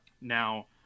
Now